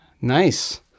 Nice